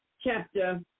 chapter